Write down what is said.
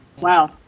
wow